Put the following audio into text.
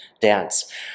dance